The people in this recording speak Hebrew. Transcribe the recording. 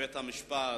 בחזרה.